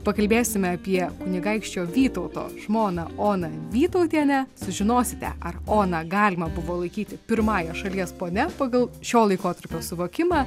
pakalbėsime apie kunigaikščio vytauto žmoną oną vytautienę sužinosite ar oną galima buvo laikyti pirmąja šalies ponia pagal šio laikotarpio suvokimą